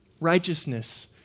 righteousness